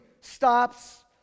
stops